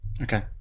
Okay